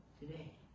today